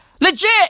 Legit